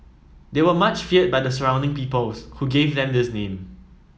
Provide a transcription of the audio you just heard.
they were much feared by the surrounding peoples who gave them this name